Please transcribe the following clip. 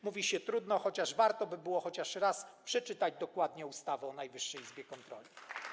Mówi się: trudno, chociaż warto byłoby chociaż raz przeczytać dokładnie ustawę o Najwyższej Izbie Kontroli.